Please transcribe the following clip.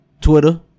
Twitter